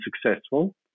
successful